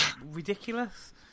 ridiculous